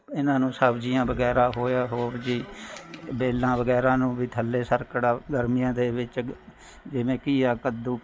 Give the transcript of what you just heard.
ਇਹਨਾਂ ਨੂੰ ਸਬਜ਼ੀਆਂ ਵਗੈਰਾ ਹੋਇਆ ਹੋਰ ਜੀ ਵੇਲਾਂ ਵਗੈਰਾ ਨੂੰ ਵੀ ਥੱਲੇ ਸਰਕੜ ਗਰਮੀਆਂ ਦੇ ਵਿੱਚ ਜਿਵੇਂ ਘੀਆ ਕੱਦੂ